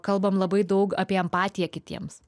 kalbam labai daug apie empatiją kitiems